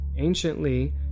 Anciently